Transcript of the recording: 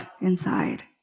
inside